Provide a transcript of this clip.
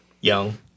Young